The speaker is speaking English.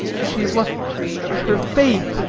she has left her faith,